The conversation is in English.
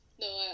No